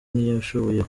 ntiyashoboye